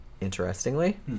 interestingly